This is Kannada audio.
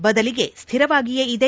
ಬದಲಿಗೆ ಶ್ವಿರವಾಗಿಯೇ ಇದೆ